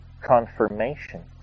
confirmation